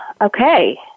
Okay